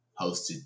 hosted